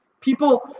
People